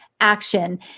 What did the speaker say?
action